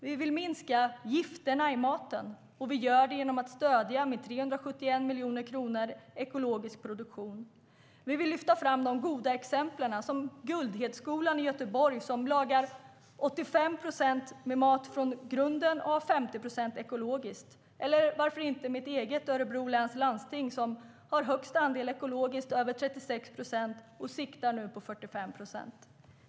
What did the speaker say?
Vi vill minska gifterna i maten, och vi gör det genom att stödja ekologisk produktion med 371 miljoner kronor. Vi vill lyfta fram de goda exemplen, som Guldhedsskolan i Göteborg som lagar 85 procent av maten från grunden och har 50 procent ekologiskt. Eller varför inte mitt hemlän, Örebro läns landsting, som har högst andel ekologiskt, över 36 procent, och nu siktar på 45 procent?